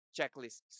checklists